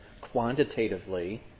quantitatively